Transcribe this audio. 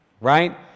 right